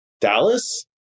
Dallas